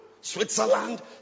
Switzerland